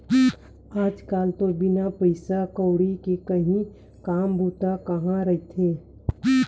आज कल तो बिना पइसा कउड़ी के काहीं काम होबे काँहा करथे